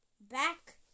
Back